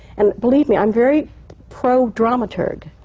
and believe me, i'm very pro-dramaturg,